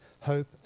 hope